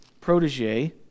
protege